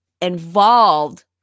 involved